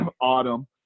Autumn